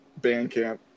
Bandcamp